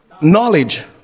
knowledge